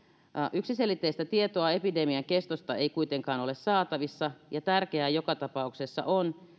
yksiselitteistä tietoa epidemian kestosta ei kuitenkaan ole saatavissa ja tärkeää joka tapauksessa on